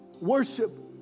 Worship